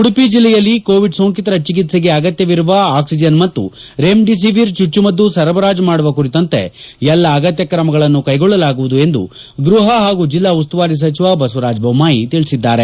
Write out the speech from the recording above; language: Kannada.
ಉಡುಪಿ ಜಲ್ಲೆಯಲ್ಲಿ ಕೋವಿಡ್ ಸೋಂಕಿತರ ಚಿಕ್ಸೆಗೆ ಅಗತ್ಯವಿರುವ ಆಕ್ಸಿಜನ್ ಮತ್ತು ರೆಮ್ಡಿಸಿವರ್ ಚುಚ್ಚುಮದ್ದು ಸರಬರಾಜು ಮಾಡುವ ಕುರಿತಂತೆ ಎಲ್ಲಾ ಅಗತ್ತ್ವ ಕ್ರಮಗಳನ್ನು ಕೈಗೊಳ್ಳಲಾಗುವುದು ಎಂದು ಗೃಹ ಹಾಗೂ ಜಿಲ್ಲಾ ಉಸ್ತುವಾರಿ ಸಚಿವ ಬಸವರಾಜ ಬೊಮ್ನಾಯಿ ತಿಳಿಸಿದ್ದಾರೆ